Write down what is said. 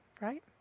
right